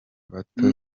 bato